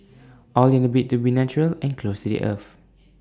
all in A bid to be natural and close to the earth